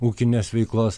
ūkinės veiklos